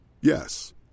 Yes